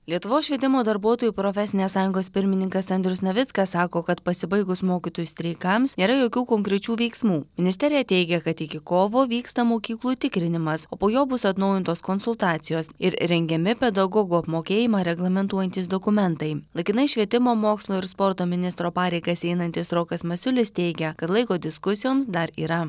lietuvos švietimo darbuotojų profesinės sąjungos pirmininkas andrius navickas sako kad pasibaigus mokytojų streikams nėra jokių konkrečių veiksmų ministerija teigia kad iki kovo vyksta mokyklų tikrinimas o po jo bus atnaujintos konsultacijos ir rengiami pedagogų apmokėjimą reglamentuojantys dokumentai laikinai švietimo mokslo ir sporto ministro pareigas einantis rokas masiulis teigia kad laiko diskusijoms dar yra